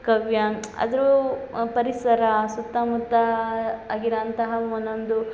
ಕವ್ಯಾನ್ ಅದ್ರೂ ಪರಿಸರ ಸುತ್ತಮುತ್ತಾ ಆ ಗಿಡ ಅಂತಹ ಒನ್ನೊಂದು